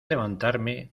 levantarme